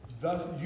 thus